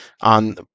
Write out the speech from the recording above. on